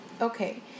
Okay